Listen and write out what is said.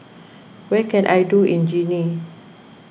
what can I do in Guinea